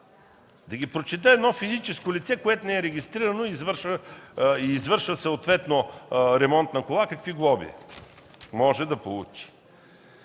Да Ви прочета едно физическо лице, което не е регистрирано и извършва съответно ремонт на кола, какви глоби може да получи.